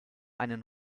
einen